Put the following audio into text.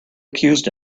accused